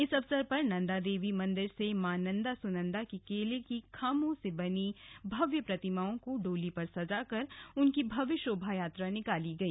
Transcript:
इस अवसर पर नन्दा देवी मंदिर से मां नन्दा सुनंदा की केले की खामो से बनी भव्य प्रतिमाओं को डोली पर सजाकर उनकी भव्य शोभायात्रा निकाली गई